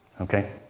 Okay